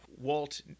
Walt